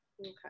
Okay